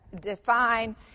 define